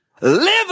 live